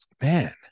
man